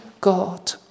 God